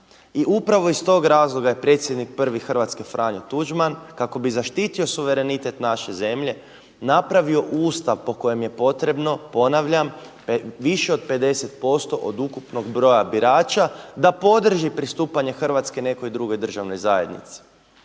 upravo iz tog razloga je predsjednik prvi Hrvatske Franjo Tuđman kao bi zaštitio suverenitet naše zemlje napravio Ustav po kojem je potrebno ponavljam više od 50% od ukupnog broja birača da podrži pristupanje Hrvatske nekoj drugoj državnoj zajednici.